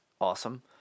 Awesome